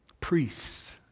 Priests